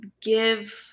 give